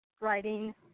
writing